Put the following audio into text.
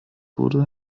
wurde